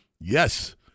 Yes